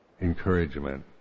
encouragement